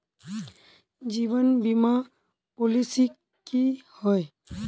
जीवन बीमा पॉलिसी की होय?